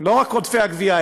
לא רק בעודפי הגבייה,